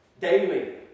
daily